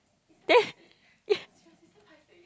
then yeah